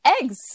Eggs